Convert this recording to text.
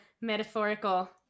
metaphorical